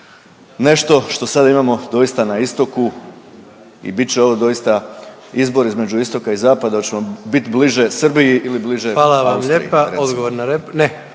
nešto što sad imamo doista na istoku i bit će ovo doista izbor između istoka i zapada, oćemo bit bliže Srbiji ili bliže Austriji recimo. **Jandroković, Gordan